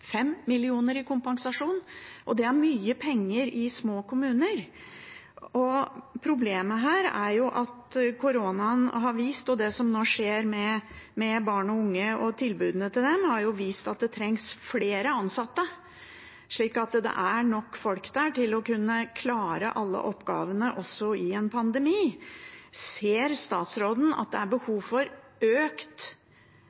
i kompensasjon. Det er mye penger for små kommuner. Problemet her er at koronaen og det som nå skjer med barn og unge og tilbudene til dem, har vist at det trengs flere ansatte, slik at det er nok folk til å kunne klare alle oppgavene også i en pandemi. Ser statsråden at det er